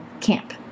camp